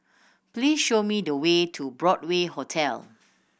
please show me the way to Broadway Hotel